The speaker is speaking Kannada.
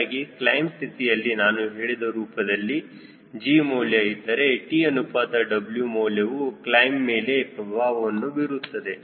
ಹೀಗಾಗಿ ಕ್ಲೈಮ್ ಸ್ಥಿತಿಯಲ್ಲಿ ನಾನು ಹೇಳಿದ ರೂಪದಲ್ಲಿ G ಮೌಲ್ಯ ಇದ್ದರೆ T ಅನುಪಾತ W ಮೌಲ್ಯವು ಕ್ಲೈಮ್ ಮೇಲೆ ಪ್ರಭಾವವನ್ನು ಬೀರುತ್ತದೆ